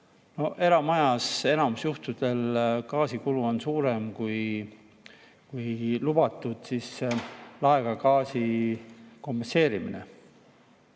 Eramajas enamik juhtudel gaasikulu on suurem kui see laega gaasi kompenseerimine